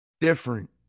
Different